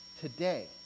today